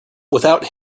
without